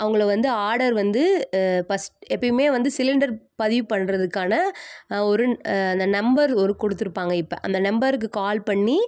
அவங்கள வந்து ஆர்டர் வந்து பஸ்ட் எப்பயுமே வந்து சிலிண்டர் பதிவு பண்ணுறதுக்கான ஒரு அந்த நம்பர் ஒரு கொடுத்துருப்பாங்க இப்போ அந்த நம்பருக்கு கால் பண்ணி